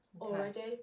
already